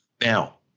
now